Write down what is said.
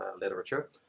literature